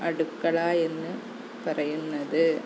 അടുക്കള എന്ന് പറയുന്നത്